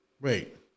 Wait